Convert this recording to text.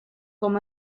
com